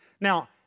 Now